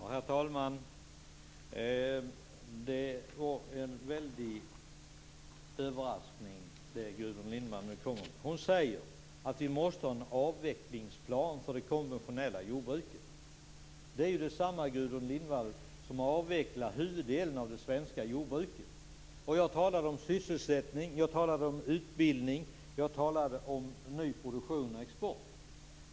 Herr talman! Det är en väldig överraskning som Gudrun Lindvall nu kommer med. Hon säger att vi måste ha en avvecklingsplan för det konventionella jordbruket. Det är ju detsamma, Gudrun Lindvall, som att avveckla huvuddelen av det svenska jordbruket. Jag talade om sysselsättning, om utbildning, om ny produktion och om export.